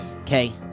Okay